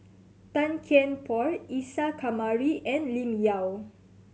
Tan Kian Por Isa Kamari and Lim Yau